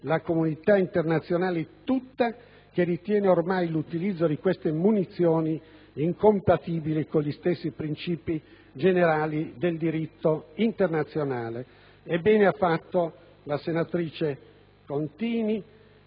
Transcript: la comunità internazionale tutta ritiene ormai l'utilizzo di queste munizioni incompatibile con gli stessi princìpi generali del diritto internazionale. Bene ha fatto la senatrice Contini